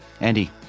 Andy